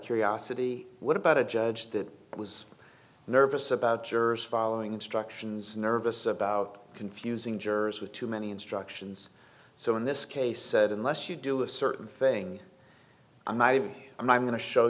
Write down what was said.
curiosity what about a judge that was nervous about jurors following instructions nervous about confusing jurors with too many instructions so in this case unless you do a certain thing i'm i i'm i'm going to show